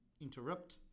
interrupt